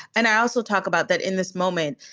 and i also talk about that in this moment.